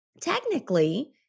technically